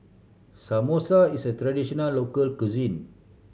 samosa is a traditional local cuisine